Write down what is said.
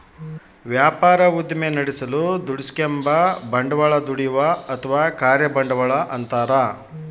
ವ್ಯಾಪಾರ ಉದ್ದಿಮೆ ನಡೆಸಲು ದುಡಿಸಿಕೆಂಬ ಬಂಡವಾಳ ದುಡಿಯುವ ಅಥವಾ ಕಾರ್ಯ ಬಂಡವಾಳ ಅಂತಾರ